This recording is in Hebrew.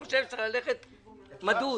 אני חושב ללכת מדוד.